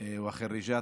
ובוגרות